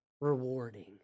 rewarding